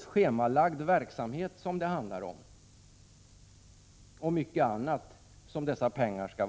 schemalagd verksamhet och mycket annat som det handlar om.